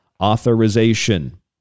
authorization